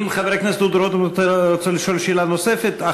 אם חבר הכנסת דודו רותם רוצה לשאול שאלה נוספת,